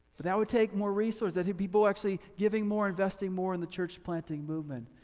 that would take more resource that is people actually giving more, investing more in the church planting movement.